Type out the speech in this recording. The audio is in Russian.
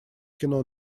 кино